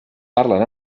parlen